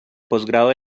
postgrado